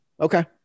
Okay